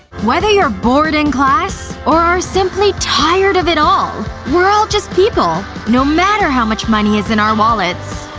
whether you're bored in class, or are simply tired of it all. we're all just people, no matter how much money is in our wallets.